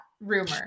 rumor